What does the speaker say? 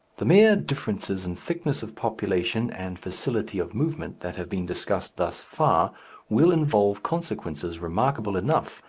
the mere differences in thickness of population and facility of movement that have been discussed thus far, will involve consequences remarkable enough,